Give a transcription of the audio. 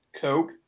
Coke